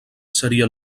seria